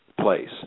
place